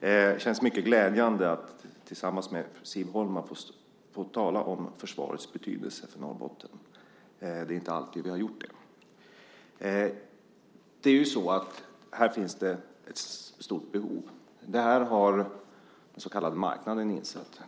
Det känns mycket glädjande att tillsammans med Siv Holma få tala om försvarets betydelse för Norrbotten. Det är inte alltid vi har gjort det. Här finns ett stort behov. Det har den så kallade marknaden insett.